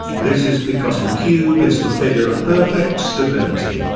this is because the cube is the figure of perfect stability,